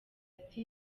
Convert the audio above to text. ati